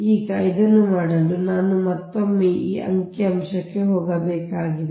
ಈಗ ಇದನ್ನು ಮಾಡಲು ನಾನು ಮತ್ತೊಮ್ಮೆ ಈ ಅಂಕಿ ಅಂಶಕ್ಕೆ ಹೋಗಬೇಕಾಗಿದೆ